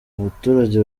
abaturage